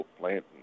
plant